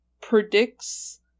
predicts